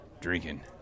Drinking